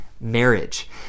marriage